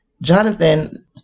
Jonathan